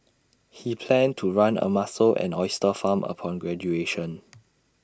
he planned to run A mussel and oyster farm upon graduation